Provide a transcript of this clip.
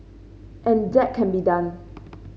and that can be done